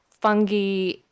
fungi